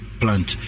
plant